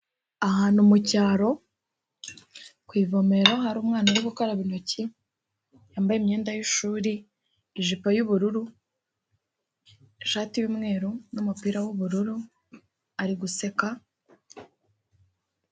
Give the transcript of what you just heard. Ahantu mu cyaro ku ivomera hari umwana wo gukaraba intoki, yambaye imyenda y'ishuri, ijipo y'ubururu, ishati y'umweru n'umupira w'ubururu, ari guseka,..